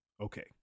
Okay